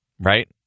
Right